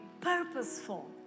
purposeful